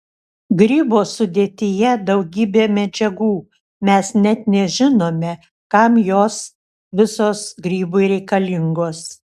grybo sudėtyje daugybė medžiagų mes net nežinome kam jos visos grybui reikalingos